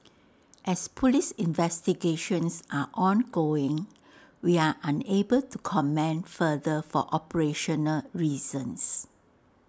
as Police investigations are ongoing we are unable to comment further for operational reasons